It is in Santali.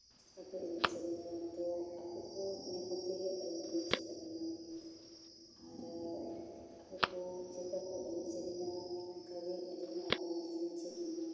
ᱪᱮᱫ ᱞᱮᱠᱟ ᱠᱚ ᱮᱱᱮᱡ ᱥᱮᱨᱮᱧᱟ ᱛᱚ ᱚᱱᱟ ᱠᱚ ᱧᱮᱞ ᱠᱟᱛᱮ ᱜᱮ ᱟᱹᱞᱤᱧ ᱫᱚᱞᱤᱧ ᱪᱮᱫ ᱟᱠᱟᱱᱟ ᱟᱨᱚ ᱟᱠᱚ ᱠᱚ ᱪᱮᱫᱞᱮᱠᱟ ᱠᱚ ᱮᱱᱮᱡ ᱥᱮᱨᱮᱧᱟ ᱚᱱᱠᱟ ᱜᱮ ᱟᱹᱞᱤᱧ ᱦᱚᱸ ᱟᱠᱚ ᱧᱮᱞ ᱛᱮᱞᱤᱧ ᱪᱮᱫ ᱡᱚᱝᱟ